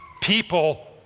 People